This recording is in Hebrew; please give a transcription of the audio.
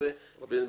במידה